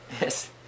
Yes